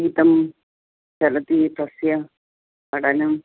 गीतं चलति तस्य पठनम्